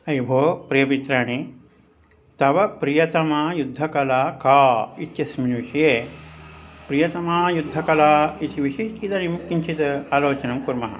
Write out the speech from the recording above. अयि भोः प्रियमित्राणि तव प्रियतमाः युद्धकला का इत्यस्मिन् विषये प्रियतमा युद्धकला इति विषये इदानीं किञ्चित् आलोचनं कुर्मः